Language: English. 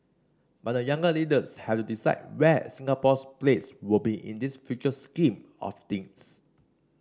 but the younger leaders have to decide where Singapore's place will be in this future scheme of things